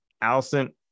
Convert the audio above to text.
Allison